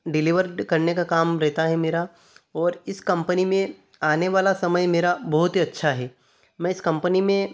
delivered करने का काम रहता है मेरा और इस कंपनी में आने वाला समय मेरा बहुत ही अच्छा है मैं इस कंपनी में